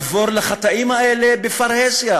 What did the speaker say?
לחבור לחטאים האלה בפרהסיה?